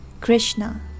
Krishna